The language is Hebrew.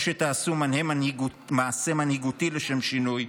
או שתעשו מעשה מנהיגותי לשם שינוי,